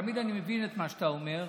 תמיד אני מבין את מה שאתה אומר,